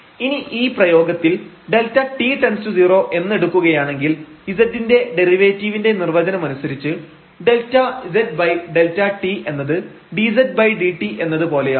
ഇനി ഈ പ്രയോഗത്തിൽ Δt→0 എന്നെടുക്കുകയാണെങ്കിൽ z ൻറെ ഡെറിവേറ്റീവിന്റെ നിർവചനമനുസരിച്ച് ΔzΔt എന്നത് dzdt എന്നത് പോലെയാണ്